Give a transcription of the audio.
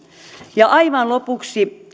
ja aivan lopuksi